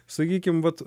sakykim vat